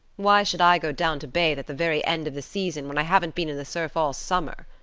why should i go down to bathe at the very end of the season when i haven't been in the surf all summer,